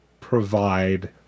provide